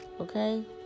Okay